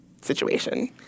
situation